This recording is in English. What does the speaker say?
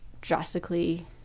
drastically